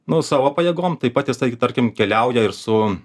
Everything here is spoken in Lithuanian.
nu savo pajėgom taip pat jisai tarkim keliauja ir su